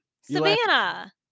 Savannah